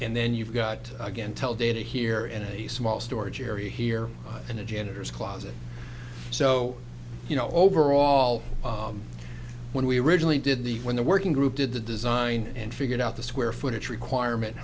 and then you've got to again tell data here in a small storage area here in a janitor's closet so you know overall when we originally did the when the working group did the design and figured out the square footage requirement